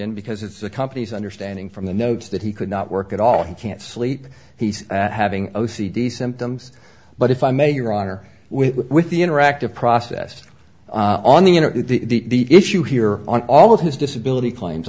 in because it's the company's understanding from the notes that he could not work at all and can't sleep he's having o c d symptoms but if i may your honor with the interactive process on the you know the issue here on all of his disability claims